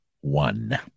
one